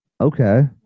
Okay